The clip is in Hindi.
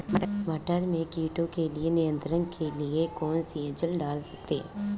मटर में कीटों के नियंत्रण के लिए कौन सी एजल डाल सकते हैं?